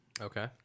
Okay